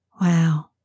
Wow